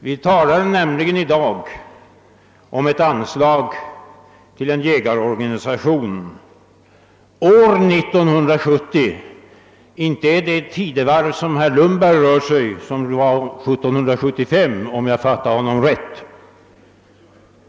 Vi talar nämligen om ett anslag till en jägarorganisation år 1970, inte 1775, som herr Lundberg talade om, ifall jag fattade honom rätt.